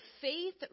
faith